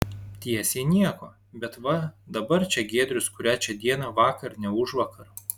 tiesiai nieko bet va dabar čia giedrius kurią čia dieną vakar ne užvakar